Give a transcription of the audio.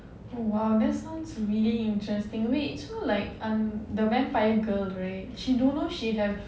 !wow! that sounds really interesting wait so like um the vampire girl right she don't know she have